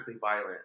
violent